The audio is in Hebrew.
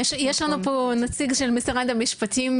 יש לנו פה נציג של משרד המשפטים,